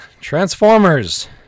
Transformers